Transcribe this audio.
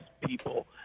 people